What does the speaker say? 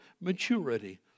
maturity